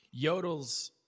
yodels